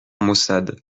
maussade